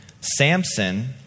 Samson